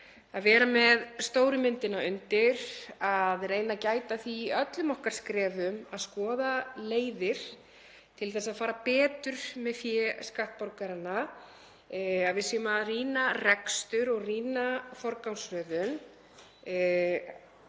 að vera með stóru myndina undir, að reyna að gæta að því í öllum okkar skrefum að skoða leiðir til þess að fara betur með fé skattborgaranna, að við séum að rýna rekstur og rýna forgangsröðun.